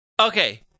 Okay